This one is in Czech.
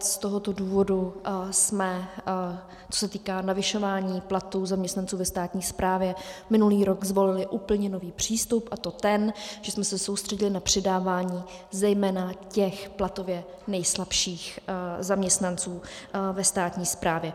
Z tohoto důvodu jsme, co se týká navyšování platů zaměstnanců ve státní správě, minulý rok zvolili úplně nový přístup, a to ten, že jsme se soustředili na přidávání zejména těch platově nejslabších zaměstnanců ve státní správě.